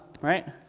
right